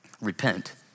Repent